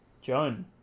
Joan